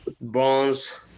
bronze